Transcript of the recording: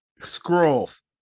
scrolls